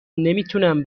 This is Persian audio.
نمیتونم